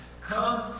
come